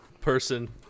person